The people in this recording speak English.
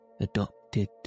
adopted